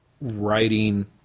writing